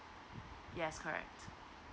yes correct